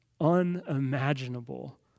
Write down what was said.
unimaginable